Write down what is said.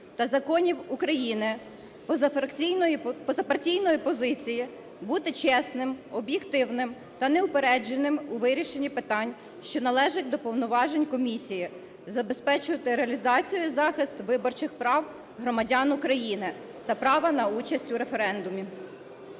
та законів України, позапартійної позиції, бути чесним, об'єктивним та неупередженим у вирішенні питань, що належать до повноважень Комісії, забезпечувати реалізацію і захист виборчих прав громадян України та права на участь у референдумі.